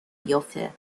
بیافته